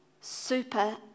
super